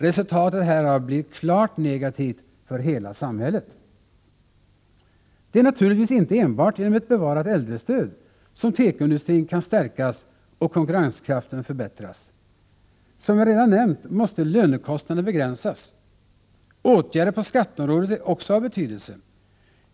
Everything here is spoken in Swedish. Resultatet härav blir klart negativt för hela samhället. Det är naturligtvis inte enbart genom ett bevarat äldrestöd som tekoindustrin kan stärkas och konkurrenskraften förbättras. Som jag redan nämnt måste lönekostnaderna begränsas. Åtgärder på skatteområdet är också av betydelse.